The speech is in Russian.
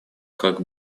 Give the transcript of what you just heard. как